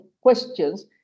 questions